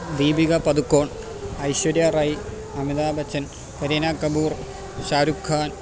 Deepika Padukone Aishwarya Rai Amitabh Bachchan Kareena Kapoor Shah Rukh Khan